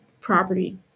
property